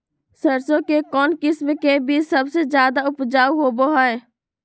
सरसों के कौन किस्म के बीच सबसे ज्यादा उपजाऊ होबो हय?